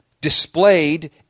Displayed